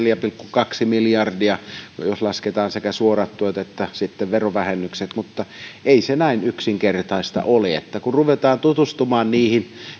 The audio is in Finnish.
kaksi miljardia jos lasketaan sekä suorat tuet että verovähennykset mutta ei se näin yksinkertaista ole kun ruvetaan tutustumaan niihin